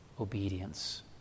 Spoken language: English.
obedience